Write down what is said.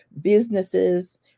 businesses